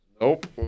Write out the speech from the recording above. Nope